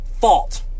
fault